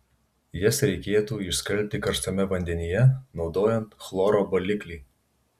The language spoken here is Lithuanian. jas reikėtų išskalbti karštame vandenyje naudojant chloro baliklį